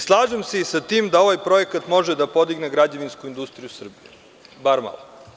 Slažem se i sa tim da ovaj projekat može da podigne građevinsku industriju u Srbiji, bar malo.